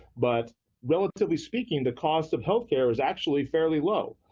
but relatively speaking, the cost of health care is actually fairly low,